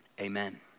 Amen